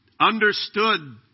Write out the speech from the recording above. understood